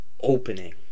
opening